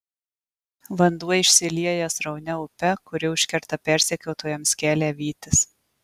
vanduo išsilieja sraunia upe kuri užkerta persekiotojams kelią vytis